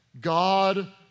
God